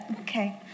Okay